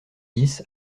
dix